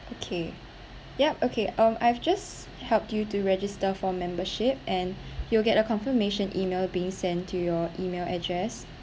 okay yup okay um I've just help you to register for membership and you'll get a confirmation email being sent to your email address